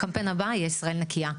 הקמפיין הבא יהיה "ישראל נקייה".